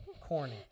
Corny